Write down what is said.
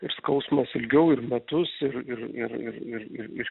ir skausmas ilgiau ir metus ir ir ir ir ir ir ir